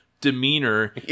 demeanor